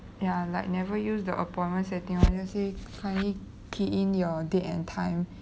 ya like never use the appointments setting oh just say kindly key in your date and time